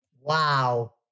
Wow